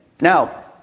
Now